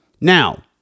Now